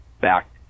back